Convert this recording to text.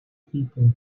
people